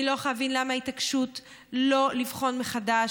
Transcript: אני לא יכולה להבין למה ההתעקשות לא לבחון מחדש.